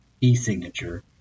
e-signature